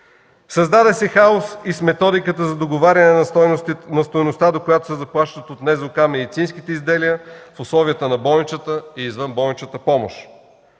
Създаде се хаос и с методиката за договаряне на стойността до която се заплащат от НЗОК медицинските изделия в условията на болничната и извънболничната помощ.